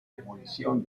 demolición